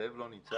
זאב לא נמצא?